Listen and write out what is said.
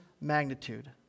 magnitude